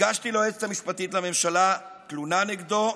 הגשתי ליועצת המשפטית לממשלה תלונה נגדו,